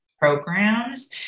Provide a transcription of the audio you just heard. programs